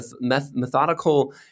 methodical